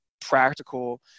practical